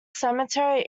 cemetery